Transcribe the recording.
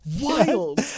Wild